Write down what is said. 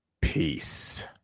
Peace